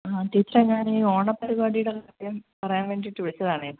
ആ ടീച്ചറേ ഞാൻ ഈ ഓണ പരിപാടിയുടെ കാര്യം പറയാൻ വേണ്ടിയിട്ട് വിളിച്ചതാണേ